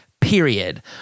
period